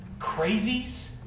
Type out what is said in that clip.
crazies